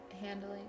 handling